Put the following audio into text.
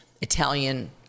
Italian